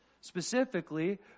Specifically